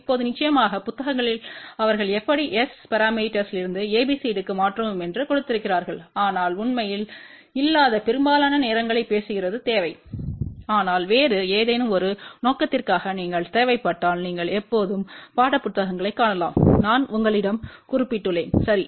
இப்போது நிச்சயமாக புத்தகங்களில் அவர்கள் எப்படி S பரமீட்டர்ஸ்விலிருந்து ABCDக்கு மாற்றவும் என்று கொடுத்திருக்கிறார்கள் ஆனால் உண்மையில் இல்லாத பெரும்பாலான நேரங்களைப் பேசுகிறது தேவை ஆனால் வேறு ஏதேனும் ஒரு நோக்கத்திற்காக நீங்கள் தேவைப்பட்டால் நீங்கள் எப்போதும் பாடப்புத்தகங்களைக் காணலாம் நான் உங்களிடம் குறிப்பிட்டுள்ளேன் சரி